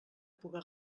puga